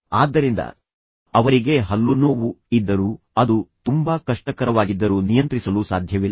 ಆದ್ದರಿಂದ ಅವರಿಗೆ ಹಲ್ಲುನೋವು ಇದ್ದರೂ ಅದು ತುಂಬಾ ಕಷ್ಟಕರವಾಗಿದ್ದರು ನಿಯಂತ್ರಿಸಲು ಸಾಧ್ಯವಿಲ್ಲ